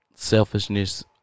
selfishness